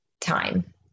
time